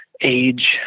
Age